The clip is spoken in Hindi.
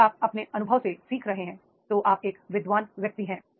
यदि आप अपने अनुभव से सीख रहे हैं तो आप एक विद्वान व्यक्ति हैं